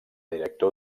director